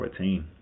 14